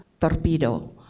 torpedo